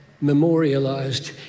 memorialized